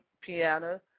piano